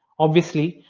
obviously,